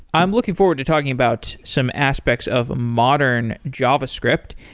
i'm looking forward to talking about some aspects of modern javascript,